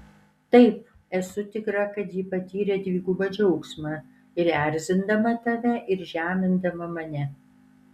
taip esu tikra kad ji patyrė dvigubą džiaugsmą ir erzindama tave ir žemindama mane